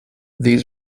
these